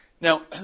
Now